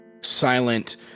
silent